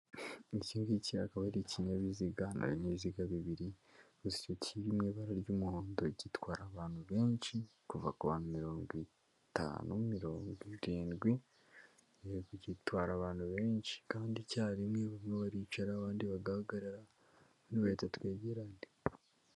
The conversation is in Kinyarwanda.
Iki ngiki akaba ari ikinyabiziga, harimo ibinyabiziga bibiri, gusa icyo kiri mu ibara ry'umuhondo, gitwara abantu benshi kuva ku bantu mirongo itanu, mirongo irindwi, igihe gitwara abantu benshi kandi icyarimwe, bamwe baricara abandi bagahagarara, bamwe bayita twegerane.